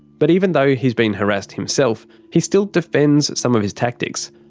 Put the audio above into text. but even though he's been harassed himself, he still defends some of his tactics.